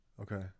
Okay